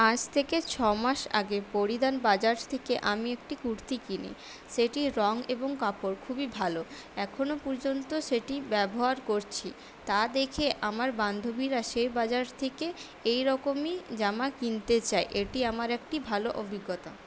আজ থেকে ছমাস আগে পরিধান বাজার থেকে আমি একটি কুর্তি কিনি সেটির রঙ এবং কাপড় খুবই ভালো এখনও পর্যন্ত সেটি ব্যবহার করছি তা দেখে আমার বান্ধবীরা সে বাজার থেকে এই রকমই জামা কিনতে চায় এটি আমার একটি ভালো অভিজ্ঞতা